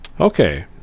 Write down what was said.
okay